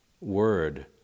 word